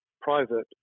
private